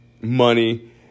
money